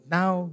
now